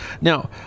now